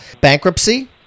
bankruptcy